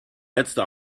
letzte